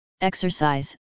exercise